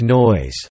noise